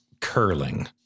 curling